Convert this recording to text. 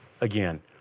again